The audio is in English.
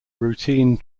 routine